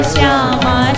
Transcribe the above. Shama